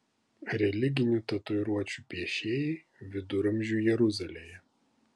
religinių tatuiruočių piešėjai viduramžių jeruzalėje